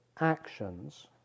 actions